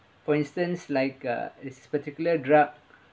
for instance like uh its particular drug